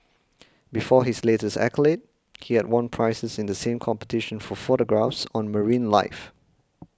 before his latest accolade he had won prizes in the same competition for photographs on marine life